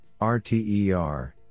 RTER